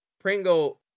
Pringle